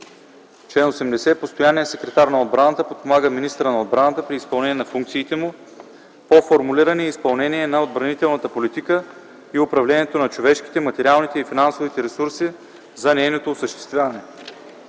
„Чл. 80. Постоянният секретар на отбраната подпомага министъра на отбраната при изпълнение на функциите му по формулиране и изпълнение на отбранителната политика и управлението на човешките, материалните и финансовите ресурси за нейното осъществяване.”